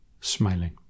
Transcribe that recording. smiling